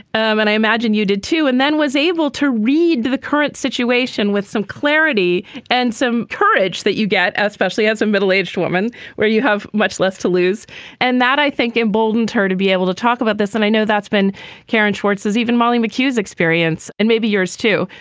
um and i imagine you did too and then was able to read the current situation with some clarity and some courage that you get especially as a middle aged woman where you have much less to lose and that i think emboldened her to be able to talk about this and i know that's been karen schwartz's even molly mchugh's experience and maybe yours too.